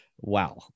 wow